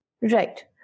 Right